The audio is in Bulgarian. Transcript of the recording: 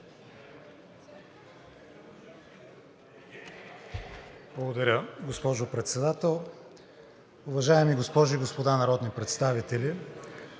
Благодаря, госпожо Председател. Уважаеми госпожи и господа народни представители!